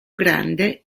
grande